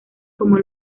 como